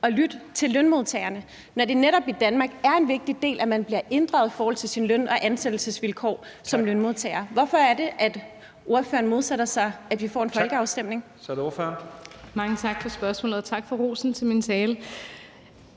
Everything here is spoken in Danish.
at lytte til lønmodtagerne, når det netop i Danmark er en vigtig del, at man bliver inddraget i forhold til sine løn- og ansættelsesvilkår som lønmodtager? Hvorfor er det, at ordføreren modsætter sig, at vi får en folkeafstemning? Kl. 11:49 Første næstformand (Leif Lahn